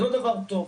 זה לא דבר טוב.